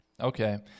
Okay